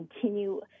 continue